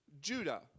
Judah